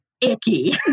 icky